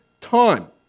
time